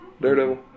Daredevil